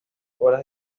horas